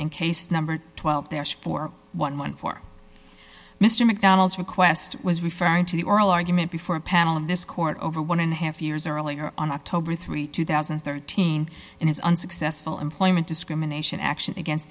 in case number twelve for eleven for mr macdonald's request was referring to the oral argument before a panel of this court over one and a half years earlier on october three two thousand and thirteen in his unsuccessful employment discrimination action against